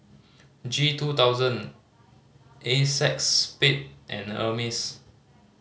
G two thousand Acexspade and Hermes